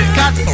got